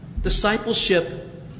Discipleship